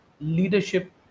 leadership